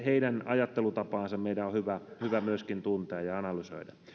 heidän ajattelutapaansa meidän on hyvä hyvä myöskin tuntea ja analysoida